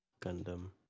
gundam